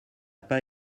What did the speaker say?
pas